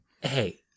Hey